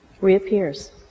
reappears